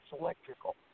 electrical